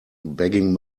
begging